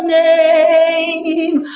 name